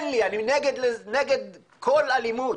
אני נגד כל אלימות.